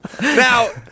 now